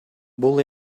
бул